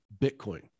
Bitcoin